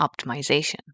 optimization